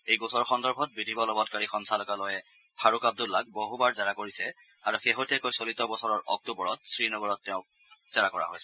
এই গোচৰ সন্দৰ্ভত বিধি বলৱৎকাৰী সঞ্চালকালয়ে ফাৰুক আব্দুল্লাক বহুবাৰ জেৰা কৰিছে আৰু শেহতীয়াকৈ চলিত বছৰৰ অক্টোবৰত শ্ৰীনগৰত তেওঁক জেৰা কৰিছিল